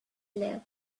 live